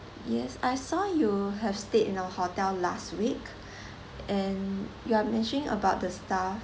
yes I saw you have stayed in our hotel last week and you are mentioning about the staff